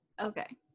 Okay